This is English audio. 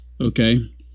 Okay